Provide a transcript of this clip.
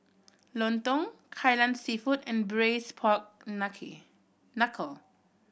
lontong Kai Lan Seafood and braised pork knuckle